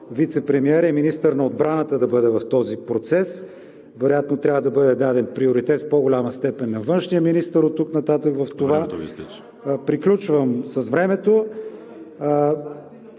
вицепремиерът и министър на отбраната да бъде в този процес? Вероятно трябва да бъде даден приоритет в по-голяма степен на външния министър оттук нататък в това. ПРЕДСЕДАТЕЛ ВАЛЕРИ